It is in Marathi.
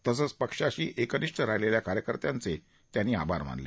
तसंच पक्षाशी एकनिष्ट राहिलेल्या कार्यकर्त्यांचे आभार मानले